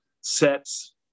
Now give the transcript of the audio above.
sets